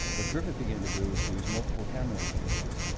what griffith began to do is to use multiple camera locations,